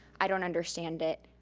i don't understand it.